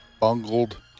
bungled